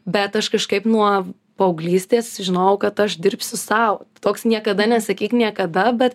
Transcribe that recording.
bet aš kažkaip nuo paauglystės žinojau kad aš dirbsiu sau toks niekada nesakyk niekada bet